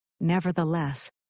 Nevertheless